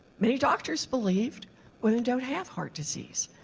many doctors believed women don't have heart disease.